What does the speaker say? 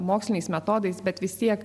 moksliniais metodais bet vis tiek